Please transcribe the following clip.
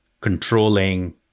controlling